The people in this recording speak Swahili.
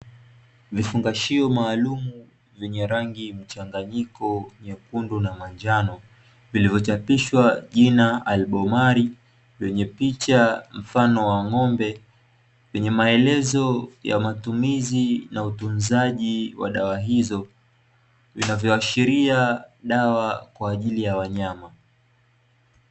Vifungashio maalumu vyenye rangi mchanganyiko nyekundu na manjano, vilivyochapishwa jina "Alibomar" lenye picha mfano wa ng'ombe, lenye maelezo ya matumizi na utunzaji wa dawa hizo vinavyoashiria dawa kwa ajili ya wanyama.